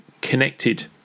connected